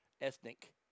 ethnic